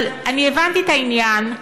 אבל אני הבנתי את העניין: